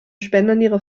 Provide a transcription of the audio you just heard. spenderniere